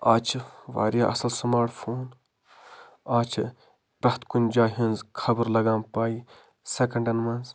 از چھِ واریاہ اصٕل سٕمارٹ فون از چھِ پرٮ۪تھ کُنہِ جایہِ ہٕنٛز خبَر لگان پے سٮ۪کَنڈَن منٛز